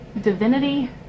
divinity